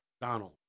Donald